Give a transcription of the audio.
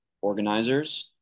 organizers